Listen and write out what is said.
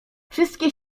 wszystkie